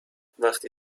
وقتی